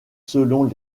selon